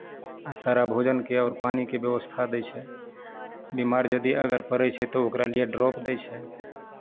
आ सारा भोजनके आओर पानिके व्यवस्था दै छै बीमार यदि अगर पड़ै छै तऽ ओकरा लिए ड्रॉप दै छै